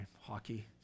hockey